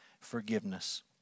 forgiveness